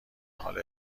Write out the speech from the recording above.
حال